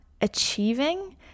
achieving